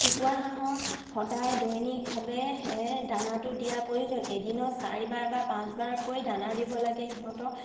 কুকুৰা হাঁহৰ সদায় দৈনিকভাৱে দানাটো দিয়াৰ প্ৰয়োজন এদিনৰ চাৰিবাৰ বা পাঁচবাৰকৈ দানা দিব লাগে সিহঁতক